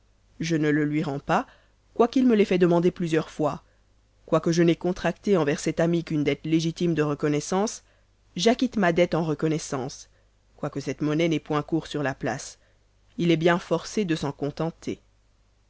je ne le lui rends pas quoiqu'il me l'ait fait demander plusieurs fois quoique je n'aie contracté envers cet ami qu'une dette légitime de reconnaissance j'acquitte ma dette en reconnaissance quoique cette monnaie n'ait point cours sur la place il est bien forcé de s'en contenter